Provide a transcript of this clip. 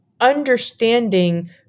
understanding